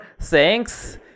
thanks